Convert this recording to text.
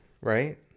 Right